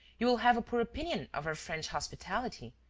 you will have a poor opinion of our french hospitality.